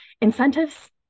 incentives